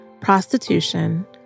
prostitution